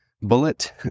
bullet